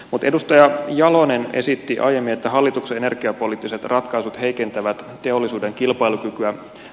mutta edustaja jalonen esitti aiemmin että hallituksen energiapoliittiset ratkaisut heikentävät teollisuuden kilpailukykyä